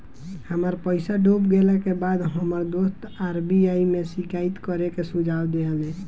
हमर पईसा डूब गेला के बाद हमर दोस्त आर.बी.आई में शिकायत करे के सुझाव देहले